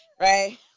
Right